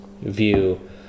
view